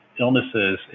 illnesses